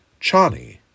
Chani